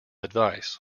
advice